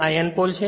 આ N pole છે